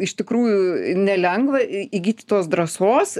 iš tikrųjų nelengva įgyti tos drąsos